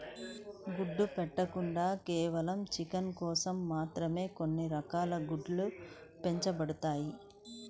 గుడ్లు పెట్టకుండా కేవలం చికెన్ కోసం మాత్రమే కొన్ని రకాల కోడ్లు పెంచబడతాయి